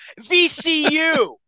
VCU